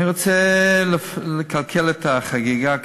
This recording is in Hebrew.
אני רוצה לקלקל את החגיגה כאן.